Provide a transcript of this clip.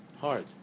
hard